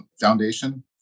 Foundation